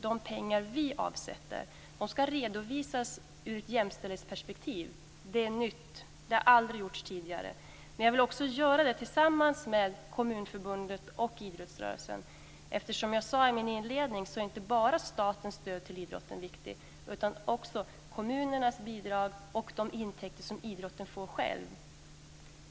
De pengar som vi avsätter ska redovisas ur ett jämställdhetsperspektiv. Det är nytt. Det har aldrig gjorts tidigare. Men jag vill också göra det tillsammans med Kommunförbundet och idrottsrörelsen. Som jag sade i min inledning är inte bara statens stöd till idrotten viktigt. Det gäller också kommunernas bidrag och de intäkter som idrotten får själv.